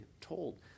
told